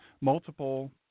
multiple